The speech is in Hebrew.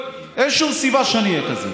אין שום סיבה שאני אהיה כזה.